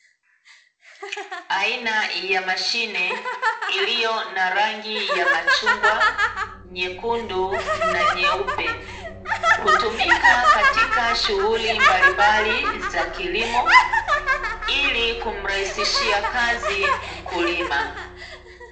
Aina ya mashine iliyo na rangi ya machungwa, nyekundu na nyeupe. Hutumika katika shughuli mbalimbali za kilimo, ili kumrahisishia kazi mkulima.